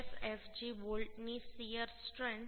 HSFG બોલ્ટની shear strength